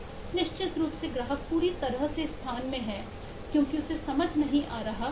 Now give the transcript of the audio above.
निश्चित रूप से ग्राहक पूरी तरह से स्थान में है क्योंकि उसे समझ नहीं आ रहा कि क्या चल रहा है